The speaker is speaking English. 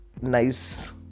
nice